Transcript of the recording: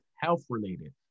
health-related